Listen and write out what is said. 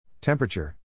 Temperature